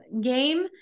game